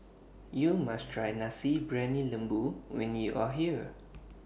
YOU must Try Nasi Briyani Lembu when YOU Are here